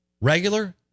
regular